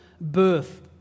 birth